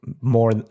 more